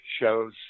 shows